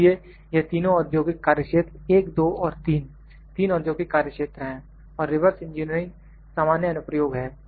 इसलिए यह तीनों औद्योगिक कार्यक्षेत्र 1 2 और 3 3 औद्योगिक कार्यक्षेत्र है और रिवर्स इंजीनियरिंग सामान्य अनुप्रयोग है